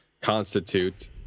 constitute